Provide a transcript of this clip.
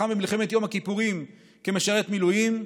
לחם במלחמת יום הכיפורים כמשרת מילואים,